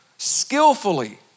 Skillfully